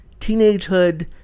teenagehood